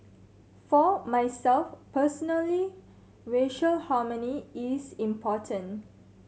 for myself personally racial harmony is important